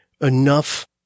enough